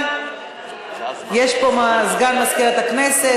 יש פה סגן מזכירת הכנסת,